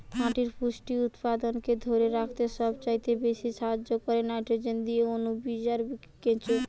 মাটির পুষ্টি উপাদানকে ধোরে রাখতে সবচাইতে বেশী সাহায্য কোরে নাইট্রোজেন দিয়ে অণুজীব আর কেঁচো